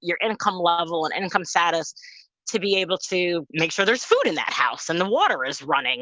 your income level and and income status to be able to make sure there's food in that house and the water is running